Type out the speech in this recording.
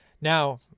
Now